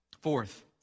Fourth